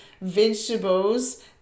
vegetables